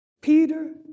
Peter